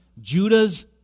Judah's